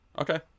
okay